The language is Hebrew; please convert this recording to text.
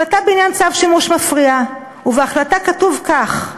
החלטה בעניין צו שימוש מפריע, ובהחלטה כתוב כך: